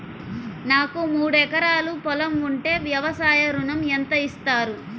నాకు మూడు ఎకరాలు పొలం ఉంటే వ్యవసాయ ఋణం ఎంత ఇస్తారు?